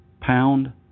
pound